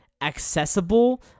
accessible